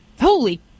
holy